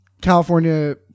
California